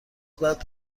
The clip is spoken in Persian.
بعد